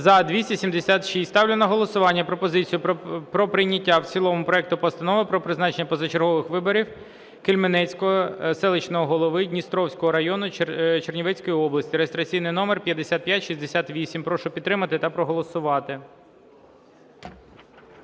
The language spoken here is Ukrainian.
За-276 Ставлю на голосування пропозицію про прийняття в цілому проекту Постанови про призначення позачергових виборів Кельменецького селищного голови Дністровського району Чернівецької області (реєстраційний номер 5568). Прошу підтримати та проголосувати.